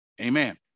Amen